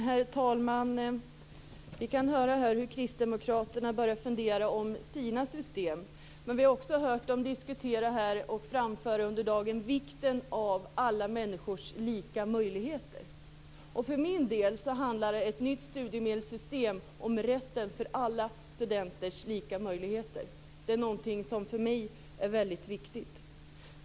Herr talman! Vi kan höra här hur Kristdemokraterna börjar fundera över sina system. Men vi har också under dagen hört dem diskutera och föra fram vikten av alla människors lika möjligheter. För min del handlar ett nytt studiemedelssystem om alla studenters lika möjligheter. Det är något som för mig är väldig viktigt.